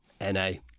N-A